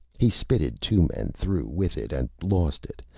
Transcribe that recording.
he spitted two men through with it and lost it,